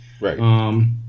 Right